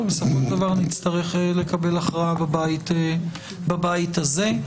בסופו של דבר נצטרך לקבל הכרעה בבית הזה.